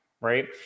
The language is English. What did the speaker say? right